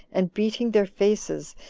and beating their faces,